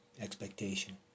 expectation